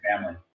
family